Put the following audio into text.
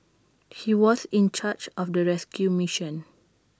he was in charge of the rescue mission